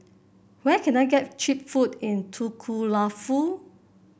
where can I get cheap food in Nuku'alofa